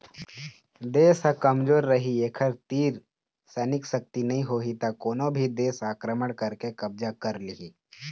देश ह कमजोर रहि एखर तीर सैनिक सक्ति नइ होही त कोनो भी देस ह आक्रमण करके कब्जा कर लिहि